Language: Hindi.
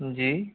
जी